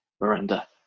Miranda